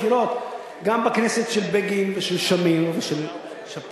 הגשתי חוקים לשינוי שיטת הבחירות,